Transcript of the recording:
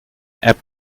app